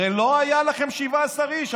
הרי לא היו לכם 17 איש,